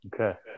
Okay